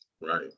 right